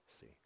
See